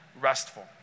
restful